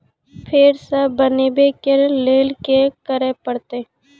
फेर सॅ बनबै के लेल की करे परतै?